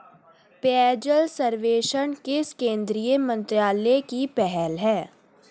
पेयजल सर्वेक्षण किस केंद्रीय मंत्रालय की पहल है?